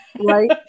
Right